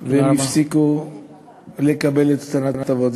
והם הפסיקו לקבל את ההטבות.